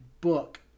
book